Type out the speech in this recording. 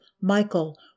Michael